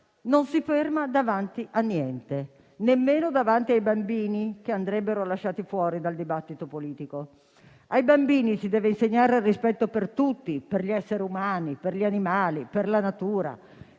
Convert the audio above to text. non si ferma davanti a niente, nemmeno davanti ai bambini, che andrebbero lasciati fuori dal dibattito politico. Ai bambini si deve insegnare il rispetto per tutti, per gli esseri umani, per gli animali, per la natura,